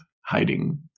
hiding